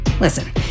listen